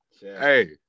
Hey